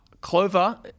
Clover